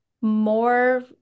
more